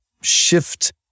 shift